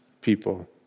people